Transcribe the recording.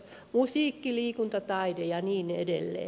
musiikki liikunta taide ja niin edelleen